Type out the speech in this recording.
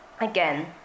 again